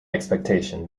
expectation